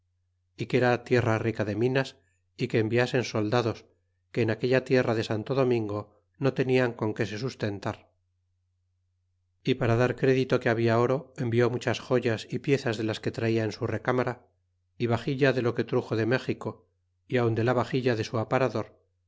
y que era tierra rica de minas y que enviasen soldados que en aquella tierra de santo domingo no tenian con que se sustentar y para dar crédito que habla oro envió muchas joyas y piezas de las que traia en su recámara é baxifia de lo que truxo de méxico y aun de la baxilla de su aparador